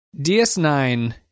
DS9